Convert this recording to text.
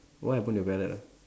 what happen to your parrot ah